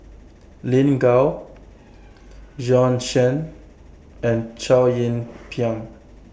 Lin Gao Bjorn Shen and Chow Yian Ping